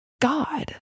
God